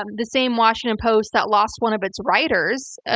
um the same washington post that lost one of its writers,